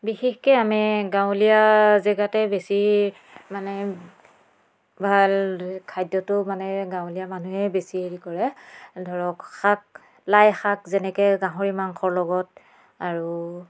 বিশেষকৈ আমি গাঁৱলীয়া জেগাতে বেছি মানে ভাল খাদ্যটো মানে গাঁৱলীয়া মানুহেই বেছি হেৰি কৰে ধৰক শাক লাইশাক যেনেকৈ গাহৰি মাংসৰ লগত আৰু